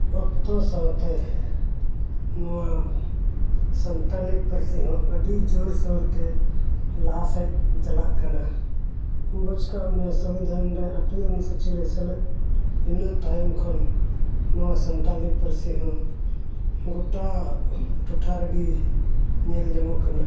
ᱚᱠᱛᱚ ᱥᱟᱶᱛᱮ ᱱᱚᱣᱟ ᱥᱟᱱᱛᱟᱲᱤ ᱯᱟᱹᱨᱥᱤ ᱦᱚᱸ ᱟᱹᱰᱤ ᱡᱳᱨᱥᱳᱨᱛᱮ ᱞᱟᱦᱟ ᱥᱮᱡ ᱪᱟᱞᱟᱜ ᱠᱟᱱᱟ ᱵᱩᱡᱽᱠᱟᱜ ᱢᱮ ᱥᱚᱝᱵᱤᱫᱷᱟᱱ ᱨᱮ ᱟᱴᱷᱵᱤ ᱚᱱᱩᱥᱩᱪᱤ ᱨᱮ ᱥᱮᱞᱮᱫ ᱤᱱᱟᱹ ᱛᱭᱚᱢ ᱠᱷᱚᱱ ᱱᱚᱣᱟ ᱥᱟᱱᱛᱟᱲᱤ ᱯᱟᱹᱨᱥᱤ ᱦᱚᱸ ᱜᱚᱴᱟ ᱴᱚᱴᱷᱟ ᱨᱮᱜᱮ ᱧᱮᱞ ᱧᱟᱢᱚᱜ ᱠᱟᱱᱟ